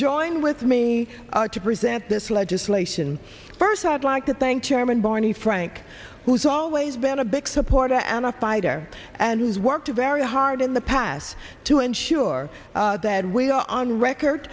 joined with me to present this legislation first i'd like to thank you chairman barney frank who's always been a big supporter and a fighter and has worked very hard in the past to ensure that we are on record